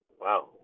Wow